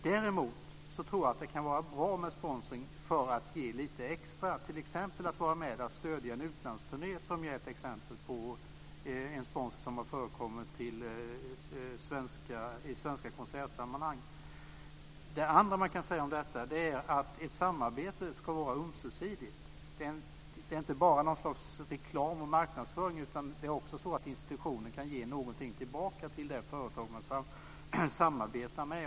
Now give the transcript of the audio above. Däremot tror jag att det kan vara bra med sponsring för att ge lite extra, t.ex. att vara med och stödja en utlandsturné, som är exempel på sponsring som har förekommit i svenska konsertsammanhang. Det andra man kan säga om detta är att ett samarbete ska vara ömsesidigt. Det är inte bara någon slags reklam och marknadsföring, utan institutionen kan också ge någonting tillbaka till det företag man samarbetar med.